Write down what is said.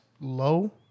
low